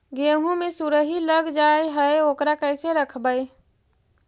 गेहू मे सुरही लग जाय है ओकरा कैसे रखबइ?